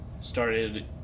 started